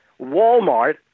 Walmart